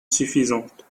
suffisante